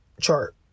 chart